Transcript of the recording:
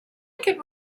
could